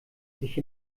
sich